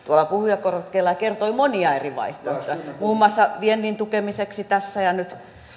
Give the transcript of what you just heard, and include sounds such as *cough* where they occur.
*unintelligible* tuolla puhujakorokkeella ja kertoi monia eri vaihtoehtoja muun muassa viennin tukemiseksi tässä ja nyt